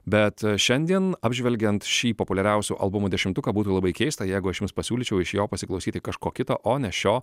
bet šiandien apžvelgiant šį populiariausių albumų dešimtuką būtų labai keista jeigu aš jums pasiūlyčiau iš jo pasiklausyti kažko kito o ne šio